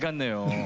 ah new